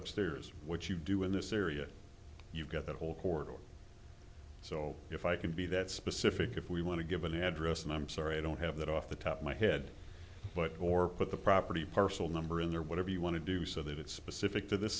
upstairs which you do in this area you've got the whole court or so if i can be that specific if we want to give an address and i'm sorry i don't have that off the top of my head but or put the property parcel number in there whatever you want to do so that it's specific to this